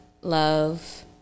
love